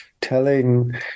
telling